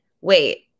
Wait